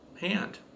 hand